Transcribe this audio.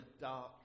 dark